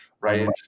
Right